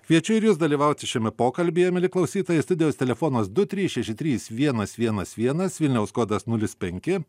kviečiu ir jus dalyvauti šiame pokalbyje mieli klausytojai studijos telefonas du trys šeši trys vienas vienas vienas vilniaus kodas nulis penki